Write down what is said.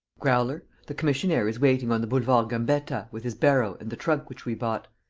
growler, the commissionaire is waiting on the boulevard gambetta with his barrow and the trunk which we bought.